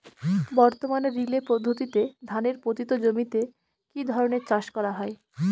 বর্তমানে রিলে পদ্ধতিতে ধানের পতিত জমিতে কী ধরনের চাষ করা হয়?